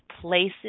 places